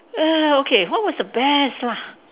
err okay so what was the best lah